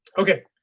ok,